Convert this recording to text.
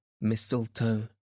mistletoe